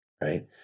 right